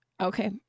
Okay